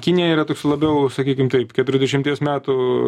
kinija yra toks labiau sakykim taip keturiasdešimties metų